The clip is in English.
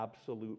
absolute